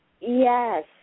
Yes